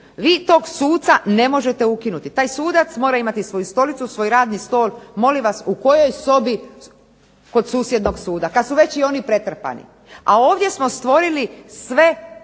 vi tog suca ne možete ukinuti. Taj sudac mora imati svoju stolicu, svoj radni stol, molim vas u kojoj sobi kod susjednog suda, kad su već i oni pretrpani, a ovdje smo stvorili sve